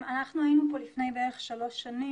אנחנו היינו פה בערך לפני שלוש שנים